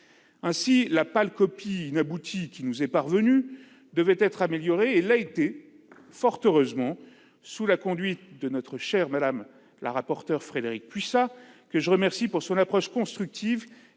Ainsi, la pâle copie inaboutie qui nous est parvenue devait être améliorée. Elle l'a été, fort heureusement, sous la conduite de notre chère rapporteure, Frédérique Puissat. Je la remercie pour son approche constructive,